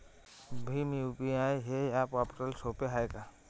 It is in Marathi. भीम यू.पी.आय हे ॲप वापराले सोपे हाय का?